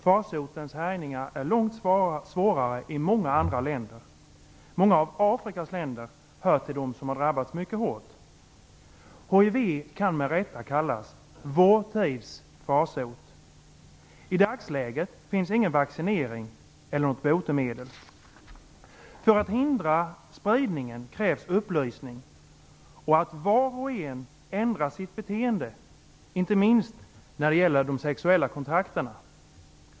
Farsotens härjningar är långt svårare i många andra länder. Många av Afrikas länder tillhör de som har drabbats mycket hårt. Hiv kan med rätta kallas för vår tids farsot. I dagsläget finns det inget vaccin eller botemedel. För att hindra spridningen krävs upplysning och att var och en ändrar sitt beteende, inte minst när det gäller sexuella kontakter.